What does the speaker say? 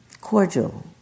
cordial